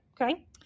Okay